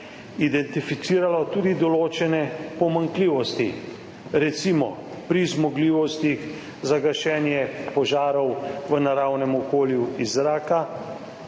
identificiralo tudi določene pomanjkljivosti, recimo pri zmogljivostih za gašenje požarov v naravnem okolju iz zraka,